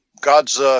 God's